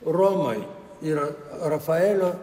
romoj yra rafaelio